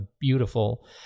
beautiful